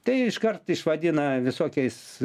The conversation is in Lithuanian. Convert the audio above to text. tai iškart išvadina visokiais